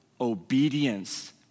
obedience